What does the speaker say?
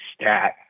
stat